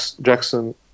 Jackson